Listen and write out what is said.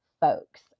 folks